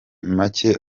make